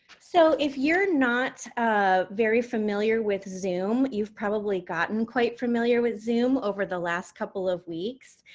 so, if you're not ah very familiar with zoom, you've probably gotten quite familiar with zoom over the last couple of weeks.